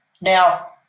Now